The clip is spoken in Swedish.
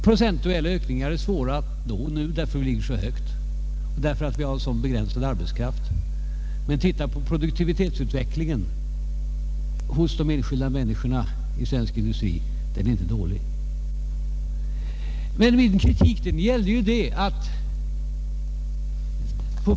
Procentuella ökningar är svåra att nå, då som nu, därför att vi ligger så högt och har sådan begränsad arbetskraft. Men titta på produktivitetsutvecklingen hos de enskilda människorna i svensk industri! Den är inte dålig. Vad min kritik gällde var följande!